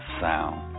sound